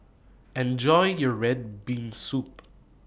Enjoy your Red Bean Soup